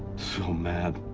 so. mad